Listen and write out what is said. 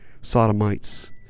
sodomites